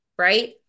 right